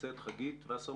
נמצאת חגית וסרמן?